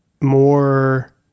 more